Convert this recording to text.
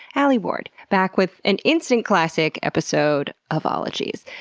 alie ward, back with an instant classic episode of ologies.